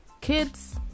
kids